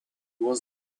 was